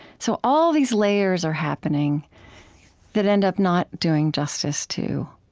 so all these layers are happening that end up not doing justice to,